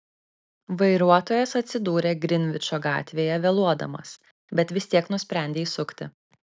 vairuotojas atsidūrė grinvičo gatvėje vėluodamas bet vis tiek nusprendė įsukti